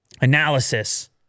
Analysis